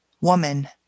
Woman